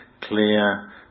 clear